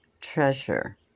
treasure